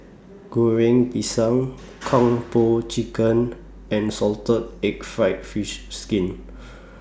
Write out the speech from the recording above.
Goreng Pisang Kung Po Chicken and Salted Egg Fried Fish Skin